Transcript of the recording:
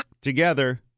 together